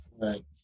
Right